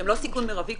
שהן לא סיכון מרבי,